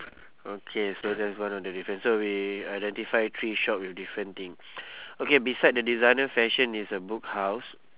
okay so that's one of the difference so we identify three shop with different thing okay beside the designer fashion is a book house